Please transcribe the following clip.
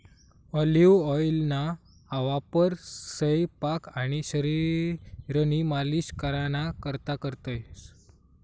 olive ऑइलना वापर सयपाक आणि शरीरनी मालिश कराना करता करतंस